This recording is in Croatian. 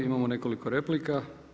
Imamo nekoliko replika.